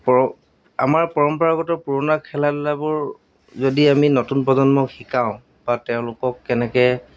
আমাৰ পৰম্পৰাগত পুৰণা খেলা ধূলাবোৰ যদি আমি নতুন প্ৰজন্মক শিকাওঁ বা তেওঁলোকক কেনেকৈ